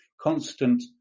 constant